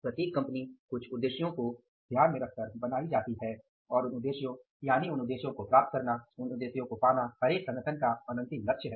प्रत्येक कंपनी कुछ उद्देश्यों को ध्यान में रखकर बनाई जाती है और उन उद्देश्यों यानि उन उद्देश्यों को प्राप्त करना उन उद्देश्यों को पाना हरेक संगठन का अनंतिम लक्ष्य है